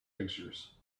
pictures